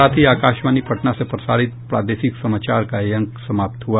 इसके साथ ही आकाशवाणी पटना से प्रसारित प्रादेशिक समाचार का ये अंक समाप्त हुआ